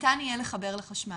ניתן יהיה לחבר לחשמל.